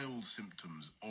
symptoms